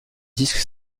disque